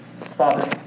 Father